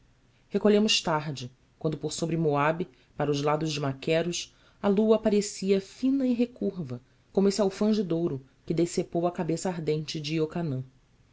recolhemos tarde quando por sobre moabe para os lados de maqueros a lua aparecia fina e recurva como esse alfanje de ouro que decepou a cabeça ardente de iocanã